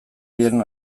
den